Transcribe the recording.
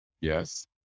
Yes